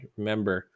Remember